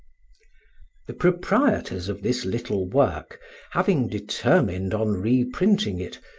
the proprietors of this little work having determined on reprinting it,